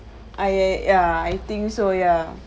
ah ya ya ya I think so ya